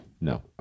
No